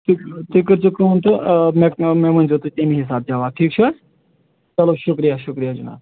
تُہۍ تُہۍ کٔرزیٚو کٲم تہٕ ٲں مےٚ مےٚ ؤنزیو تُہۍ تمے حِساب جَواب ٹھیٖک چھَ حظ چَلو شُکرِیہ شُکرِیہ جناب